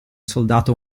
soldato